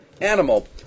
animal